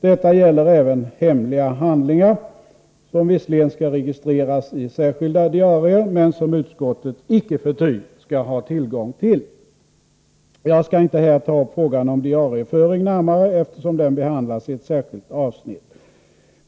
Detta gäller även hemliga handlingar, som visserligen skall registreras i särskilda diarier, men som utskottet icke förty skall ha tillgång till. Jag skall inte här närmare ta upp frågan om diarieföringen, eftersom den behandlas i ett särskilt avsnitt.